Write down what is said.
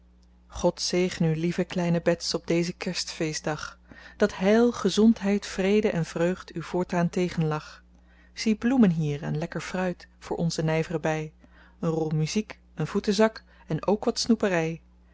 god zeegne u lieve kleine bets op dezen kerstfeestdag dat heil gezondheid vrede en vreugd u voortaan tegenlach zie bloemen hier en lekker fruit voor onze nijvre bij een rol muziek een voetenzak en k wat snoeperij